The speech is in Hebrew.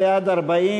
הוועדה.